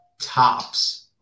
tops